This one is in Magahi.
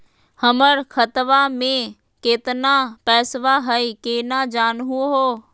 हमर खतवा मे केतना पैसवा हई, केना जानहु हो?